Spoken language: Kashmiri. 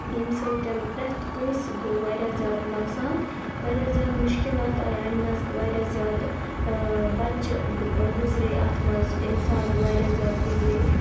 ییٚمہِ سۭتٮ۪ن پرٛٮ۪تھ کٲنٛسہِ گوٚو واریاہ زیادٕ نۄقصان واریاہ زیادٕ مُشکِلات آیہِ اَمہِ منٛز واریاہ زیادٕ بَچہِ گُذرے اَتھ منٛز اِنسان واریاہ زیادٕ گُذرے